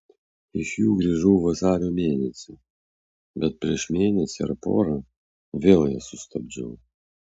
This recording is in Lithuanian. iš jų grįžau vasario mėnesį bet prieš mėnesį ar porą vėl jas sustabdžiau